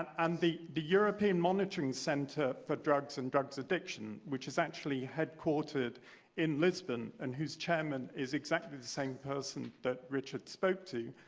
and the the european monitoring center for drugs and drugs addiction, which is actually headquartered in lisbon, and whose chairman is exactly the same person that richard spoke to,